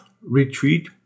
retreat